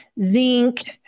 zinc